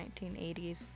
1980s